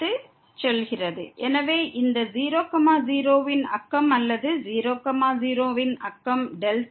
ஏனெனில் இந்த வரம்பை 0 0 க்கு எடுத்து செல்கிறது